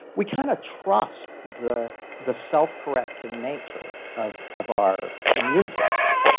we kind of trust the the self-correcting nature of of our immune system